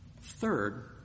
Third